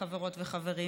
חברות וחברים,